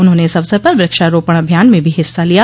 उन्होंने इस अवसर पर वृक्षारोपण अभियान में भी हिस्सा लिया